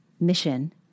Mission